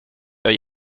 jag